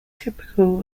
typical